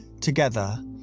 together